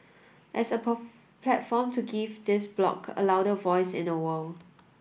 as a platform to give this bloc a louder voice in the world